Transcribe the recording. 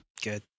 Good